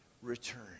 return